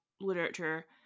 literature